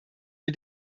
für